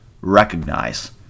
recognize